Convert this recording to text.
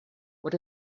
what